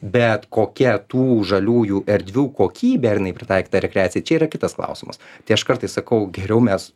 bet kokia tų žaliųjų erdvių kokybė ar jinai pritaikyta rekreacijai čia yra kitas klausimas tai aš kartais sakau geriau mes